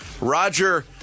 Roger